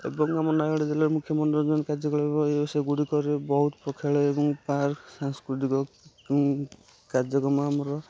ଏବଂ ଆମ ନୟାଗଡ଼ ଜିଲ୍ଲାର ମୁଖ୍ୟ ମନୋରଞ୍ଜନ କାର୍ଯ୍ୟକଳାପ ସେଗୁଡ଼ିକରେ ବହୁତ ପ୍ରେକ୍ଷାଳୟ ଏବଂ ପାର୍କ ସାଂସ୍କୃତିକ କାର୍ଯ୍ୟକ୍ରମ ଆମର